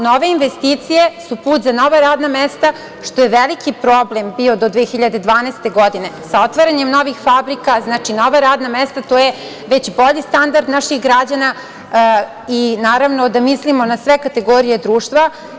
Nove investicije su put za nova radna mesta, što je veliki problem bio do 2012. godine, sa otvaranjem novih fabrika, znači nova radna mesta, to je već bolji standard naših građana i naravno da mislimo na sve kategorije društva.